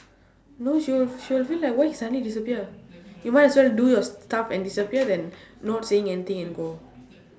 no she will she will feel like why you suddenly disappear you might as well do your stuff and disappear than not saying anything and go